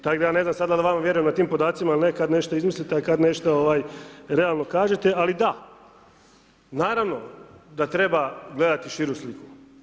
Tako da ja ne znam sad da li da ja vama vjerujem na tim podacima ili ne kad nešto izmislite a kad nešto realno kažete ali da, naravno da treba gledati širu sliku.